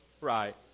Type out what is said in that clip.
Right